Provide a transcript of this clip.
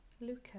Luca